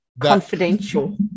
confidential